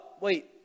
wait